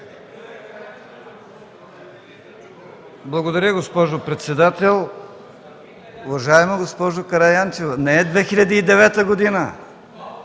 Благодаря, госпожо председател. Уважаема госпожо Караянчева, не е 2009 г.